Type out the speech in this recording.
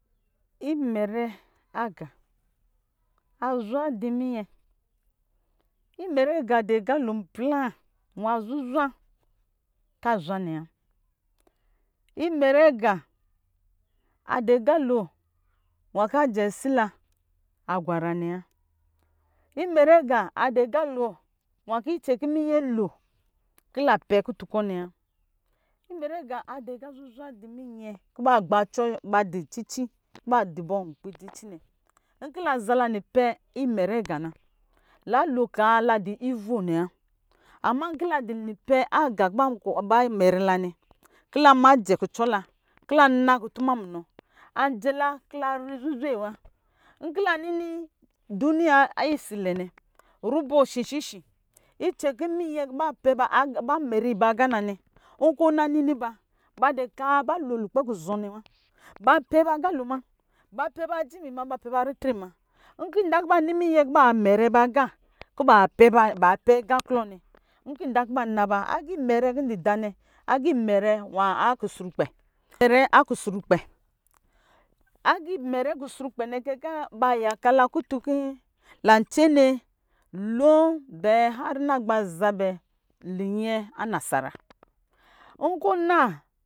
Imɛrɛ aga azwa dɔ minyɛ imɛrɛ aga to blaa nwa zuzwa kɔ azwa nɛ wa imɛrɛ aga adɔ aga lo kɔ ajɛ asi la agwara nɛ wa imɛrɛ aga adɔ aga lo nwa kɔ icɛn kɔ minyɛ lo kɔ la pɛ kutu kɔ nɛ wa iwɛrɛ aga adɔ aaa zuzwa dɔ minya kɔ ba gba acɔ, ba dɔ cici nɛ wa nkɔ lazala mpɛ imɛrɛ aga na la lo kaa la dɔ ivo nɛ wa am kɔ ba imɛrɛ la nɛ kɔ la mayɛ kucɔ la kɔ la na kutuma munɔ anjɛla kɔ la ri zu zwe wa nkɔ la mni doniya a isi lɛ nɛ rubɔ shishishi icɛn kɔ minyɛ ba mɛrɛ iba aga nanɛ nkɔ ɔnanini ba adɛ kaa ba lo kuzɔ nɛ wa ba pɛba aga lo ma ba pɛba ajimi ma ba piba ritre ma nkɔ idan kɔ ba nini muya kɔ ba mɛrɛ ba aga kɔ ba pɛ ba pɛ aga klɔ nɛ nkɔ idan kɔ aga imɛra kɔ ndɔ daka kɔ nɛ imɛrɛ akusrukpɛ aga imɛrɛ akuskrupɛ nɔ kɔ kɔ la tsene lon bɛ har ɔ na gba zabɛ liyɛ ana sa nkɔ ɔna